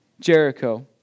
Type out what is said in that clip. Jericho